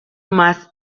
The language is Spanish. más